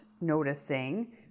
noticing